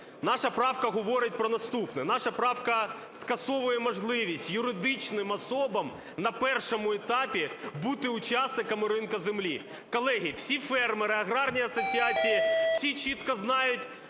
Наша правка говорить про наступне. Наша правка скасовує можливість юридичним особам на першому етапі бути учасниками ринку землі. Колеги, всі фермери, аграрні асоціації, всі чітко знають